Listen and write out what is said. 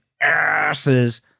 asses